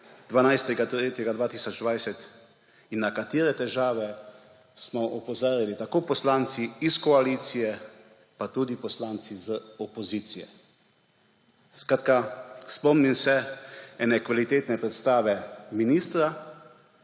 12. 3. 2020, in na katere težave smo opozarjali tako poslanci iz koalicije pa tudi poslanci iz opozicije. Skratka, spomnim se ene kvalitetne predstave ministra,